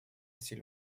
assez